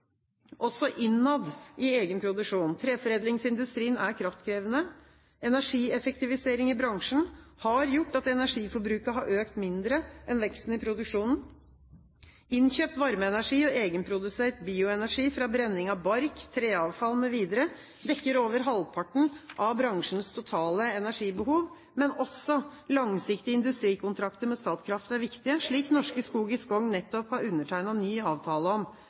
også innad i egen produksjon. Treforedlingsindustrien er kraftkrevende. Energieffektivisering i bransjen har gjort at energiforbruket har økt mindre enn veksten i produksjonen. Innkjøpt varmeenergi og egenprodusert bioenergi fra brenning av bark, treavfall mv. dekker over halvparten av bransjens totale energibehov. Men også langsiktige industrikontrakter med Statkraft er viktige, slik Norske Skog i Skogn nettopp har undertegnet ny avtale om,